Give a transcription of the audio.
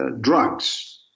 drugs